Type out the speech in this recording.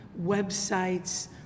websites